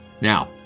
Now